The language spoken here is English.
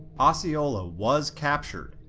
osceola was captured,